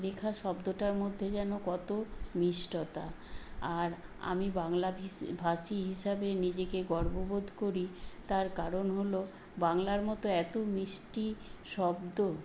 রেখা শব্দটার মধ্যে যেন কত মিষ্টতা আর আমি বাংলাভিসি ভাষী হিসাবে নিজেকে গর্ববোধ করি তার কারণ হল বাংলার মতো এত মিষ্টি শব্দ